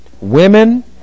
women